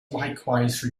likewise